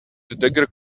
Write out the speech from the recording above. dagger